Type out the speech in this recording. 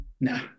No